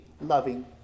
loving